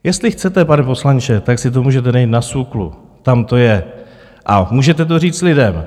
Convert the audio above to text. Jestli chcete, pane poslanče, tak si to můžete najít na SÚKLu, tam to je, a můžete to říct lidem.